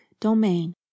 domain